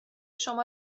شما